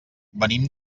venim